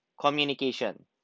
communication